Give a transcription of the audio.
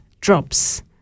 drops